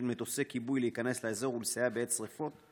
מטוסי כיבוי להיכנס לאזור ולסייע בעת שרפות.